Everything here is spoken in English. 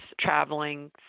traveling